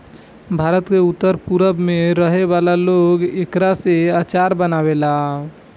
भारत के उत्तर पूरब में रहे वाला लोग एकरा से अचार बनावेला